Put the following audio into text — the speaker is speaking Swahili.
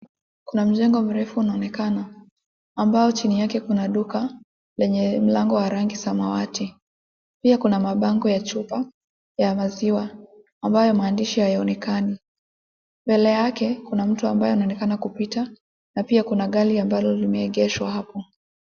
Kuna mjengo mrefu unaonekana ambao chini yake kuna duka lenye mlango wa rangi samawati. Pia kuna mabango ya chupa ya maziwa ambayo maandishi hayaonekani. Mbele yake kuna mtu ambaye anaonekana kupita na pia kuna gari ambalo limeegeshwa hapo.